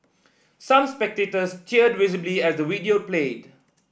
some spectators teared visibly as the video played